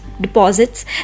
deposits